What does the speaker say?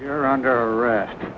you're under arrest